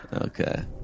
Okay